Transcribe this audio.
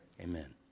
Amen